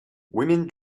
women